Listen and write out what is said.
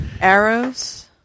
Arrows